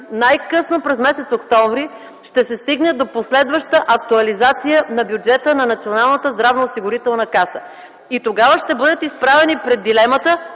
най-късно през м. октомври ще се стигне до последваща актуализация на бюджета на Националната здравноосигурителна каса. И тогава ще бъдете изправени пред дилемата